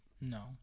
No